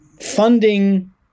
funding